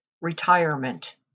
retirement